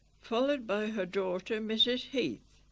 followed by her daughter, mrs heath